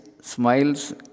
smiles